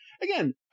again